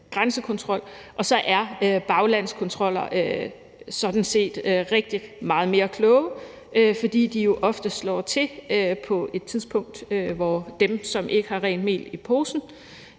grænsekontrol. Så er baglandskontroller sådan set rigtig meget mere kloge, fordi de jo ofte slår til på et tidspunkt, hvor dem, som ikke har rent mel i posen,